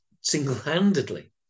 single-handedly